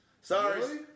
Sorry